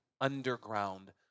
underground